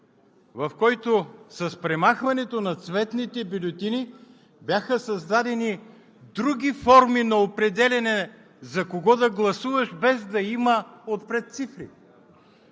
в който с премахването на цветните бюлетини бяха създадени други форми на определяне за кого да гласуваш, без да има отпред цифри,